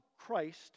Christ